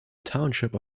township